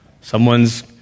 Someone's